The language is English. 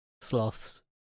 sloths